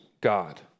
God